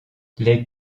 les